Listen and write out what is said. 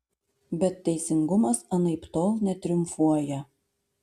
bet teisingumas anaiptol netriumfuoja